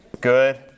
good